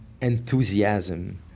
enthusiasm